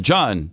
John